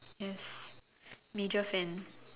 yes major fan